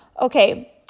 Okay